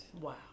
Wow